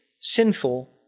sinful